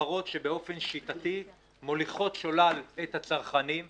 חברות שבאופן שיטתי מוליכות שולל את הצרכנים בכלל,